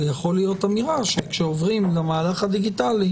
זאת יכולה להיות אמירה שכאשר עוברים למהלך הדיגיטלי,